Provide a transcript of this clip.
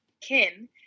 kin